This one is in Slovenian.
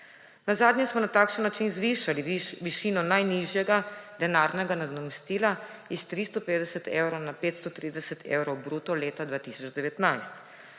Nazadnje smo na takšen način zvišali višino najnižjega denarnega nadomestila s 350 evrov na 530 evrov bruto leta 2019,